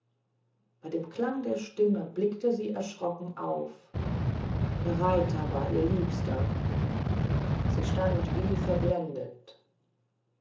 bei dem klang der stimme blickte sie erschrocken auf der reiter war ihr liebster sie stand wie verblendet